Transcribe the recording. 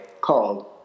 called